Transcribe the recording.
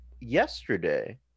yesterday